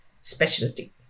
specialty